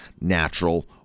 natural